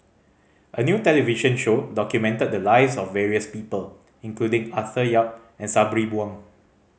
a new television show documented the lives of various people including Arthur Yap and Sabri Buang